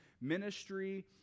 ministry